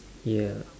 ya